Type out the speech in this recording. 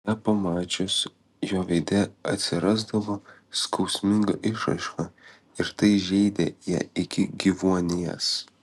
ją pamačius jo veide atsirasdavo skausminga išraiška ir tai žeidė ją iki gyvuonies